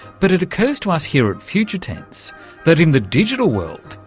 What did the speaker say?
but it occurs to us here at future tense that in the digital world,